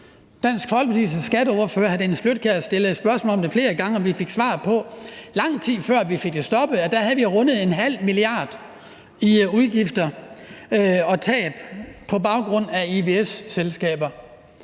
Dansk Folkepartis skatteordfører, hr. Dennis Flydtkjær, stillede spørgsmål om det flere gange, og vi fik svar på det, lang tid før vi fik det stoppet – at vi havde rundet 0,5 mia. kr. i udgifter og tab på baggrund af ivs-selskaber.